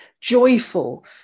joyful